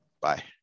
Bye